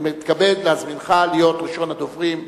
אני מתכבד להזמינך להיות ראשון הדוברים.